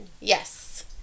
Yes